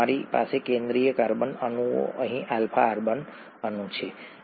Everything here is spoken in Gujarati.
તમારી પાસે કેન્દ્રીય કાર્બન અણુ અહીં આલ્ફા કાર્બન અણુ છે